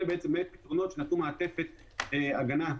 אלה פתרונות שנתנו מעטפת הגנה,